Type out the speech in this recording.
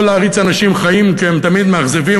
להעריץ אנשים חיים כי הם תמיד מאכזבים,